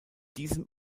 diesem